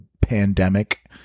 pandemic